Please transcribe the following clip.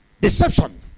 Deception